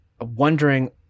wondering